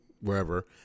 wherever